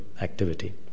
activity